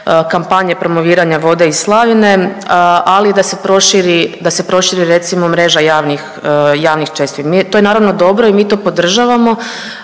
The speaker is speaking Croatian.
kampanje promoviranja vode iz slavine, ali da se proširi recimo mreža javnih …/Govornica se ne razumije./… To je naravno dobro i mi to podržavamo.